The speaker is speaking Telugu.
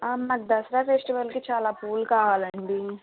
మాకు దసరా ఫెస్టివల్కి చాలా పూలు కావాలండి